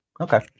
Okay